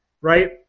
right